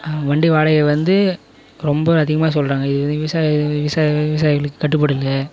வண்டி வாடகை வந்து ரொம்ப அதிகமாக சொல்கிறாங்க இது விவசாயி விவசாயி விவசாயிகளுக்கு கட்டுப்படல